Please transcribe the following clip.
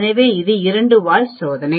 எனவே இது இரண்டு வால் சோதனை